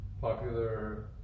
popular